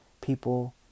people